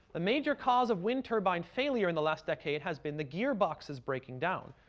the major cause of wind turbine failure in the last decade has been the gearboxes breaking down.